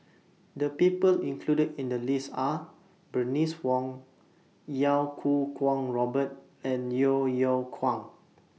The People included in The list Are Bernice Wong Iau Kuo Kwong Robert and Yeo Yeow Kwang